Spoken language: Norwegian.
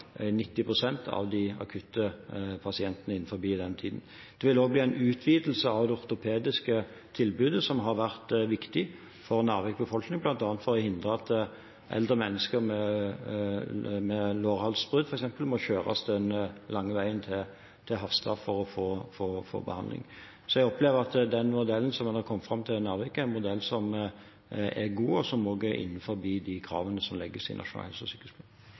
den tiden. Det vil også bli en utvidelse av det ortopediske tilbudet, som har vært viktig for Narviks befolkning, bl.a. for å hindre at eldre mennesker med lårhalsbrudd, f.eks., må kjøres den lange veien til Harstad for å få behandling. Jeg opplever at den modellen en har kommet fram til i Narvik, er en modell som er god, og som også er innenfor de kravene som legges i Nasjonal helse- og